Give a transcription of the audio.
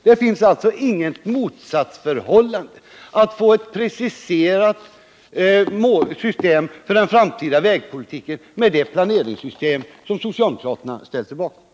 Det finns alltså inget motsatsförhållande mellan kravet på en preciserad plan för den framtida vägpolitiken och det decentraliserade planeringssystem som socialdemokraterna ställt sig bakom.